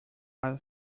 are